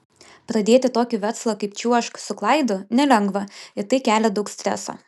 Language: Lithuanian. pradėti tokį verslą kaip čiuožk su klaidu nelengva ir tai kelia daug streso